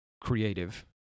Creative